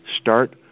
start